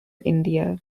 india